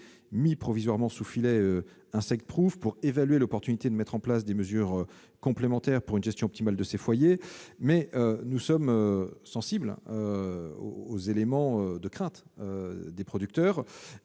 mis provisoirement sous filet anti-insectes et pour évaluer l'intérêt de mettre en place des mesures complémentaires pour une gestion optimale de ces foyers. Nous sommes sensibles aux craintes des producteurs.